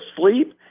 sleep